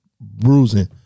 bruising